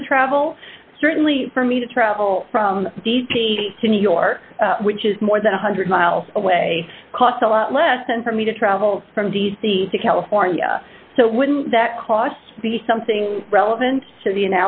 for the travel certainly for me to travel from d c to new york which is more than a one hundred miles away costs a lot less than for me to travel from d c to california so wouldn't that cost be something relevant to the